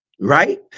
Right